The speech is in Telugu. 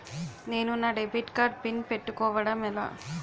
నేను నా డెబిట్ కార్డ్ పిన్ పెట్టుకోవడం ఎలా?